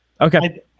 Okay